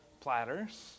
platters